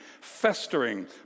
festering